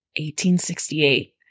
1868